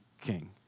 king